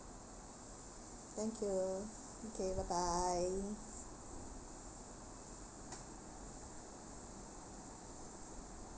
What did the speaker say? thank you okay bye bye